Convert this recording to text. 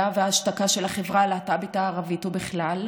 וההשתקה של החברה הלהט"בית הערבית ובכלל?